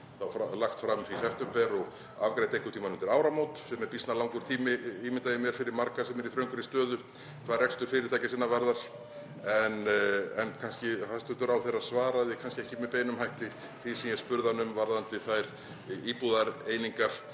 þá lagt fram í september og afgreitt einhvern tímann undir áramót sem er býsna langur tími, ímynda ég mér, fyrir marga sem eru í þröngri stöðu hvað rekstur fyrirtækja sinna varðar. En hæstv. ráðherra svaraði kannski ekki með beinum hætti því sem ég spurði hann um varðandi þær íbúðareiningar